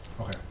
Okay